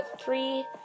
three